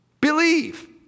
believe